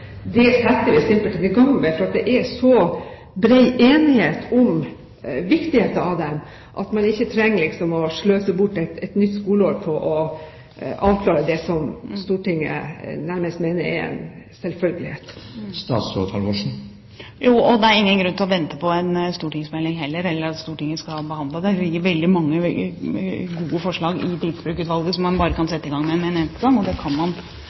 det setter vi simpelthen i gang med, for det er så bred enighet om viktigheten av det at man trenger ikke å sløse bort et nytt skoleår på å avklare det som Stortinget nærmest mener er en selvfølge? Jo, og det er ingen grunn til å vente på en stortingsmelding heller, eller at Stortinget skal behandle det. Det ligger veldig mange gode forslag i Tidsbrukutvalget som man bare kan sette i gang med med en eneste gang, og det